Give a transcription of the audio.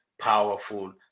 powerful